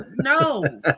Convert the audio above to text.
No